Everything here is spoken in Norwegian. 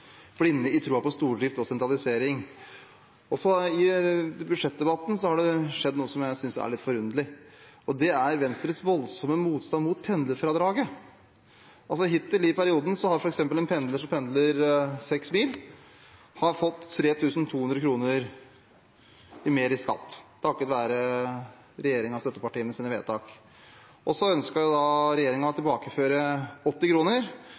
blinde i troen på stordrift og sentralisering. Også i budsjettdebatten har det skjedd noe som jeg synes er litt forunderlig, og det er Venstres voldsomme motstand mot pendlerfradraget. Hittil i perioden har f.eks. en pendler som pendler 6 mil, fått 3 200 kr mer i skatt takket være regjeringens og støttepartienes vedtak. Og så ønsket jo regjeringen å tilbakeføre 80 kr, som de kalte «kompensasjon til bilistene», slik at de da